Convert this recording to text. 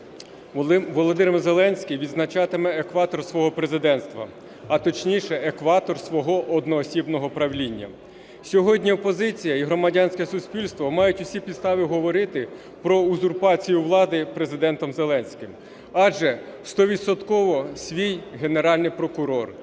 Володимир Зеленський відзначатиме екватор свого президентства, а точніше екватор свого одноосібного правління. Сьогодні опозиція і громадянське суспільство мають усі підстави говорити про узурпацію влади Президентом Зеленським. Адже стовідсотково свій Генеральний прокурор,